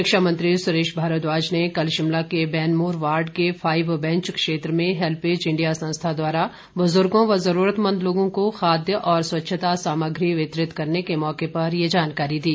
शिक्षा मंत्री सुरेश भारद्वाज ने कल शिमला के बैनमोर वार्ड के फाईव बैंच क्षेत्र में हेल्पेज इंडिया संस्था द्वारा बुजुर्गों व जरूरतमंद लोगों को खाद्य और स्वच्छता सामग्री वितरित करने के मौके पर यह जानकारी दी